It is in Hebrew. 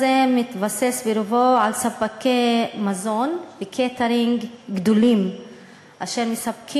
ועכשיו ההצעה מבקשת להטביע את הכיתוב: המוצר הנ"ל מיוצר בשטחים הכבושים.